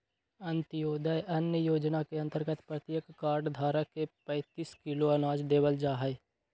अंत्योदय अन्न योजना के अंतर्गत प्रत्येक कार्ड धारक के पैंतीस किलो अनाज देवल जाहई